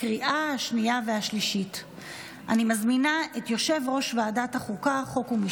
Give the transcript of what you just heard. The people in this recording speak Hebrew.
עברה בקריאה השלישית ותיכנס לספר החוקים.